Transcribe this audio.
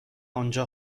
آنجا